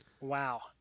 wow